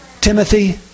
Timothy